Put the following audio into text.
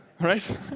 right